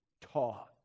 taught